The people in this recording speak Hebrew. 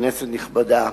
כנסת נכבדה,